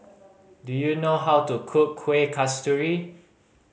do you know how to cook Kuih Kasturi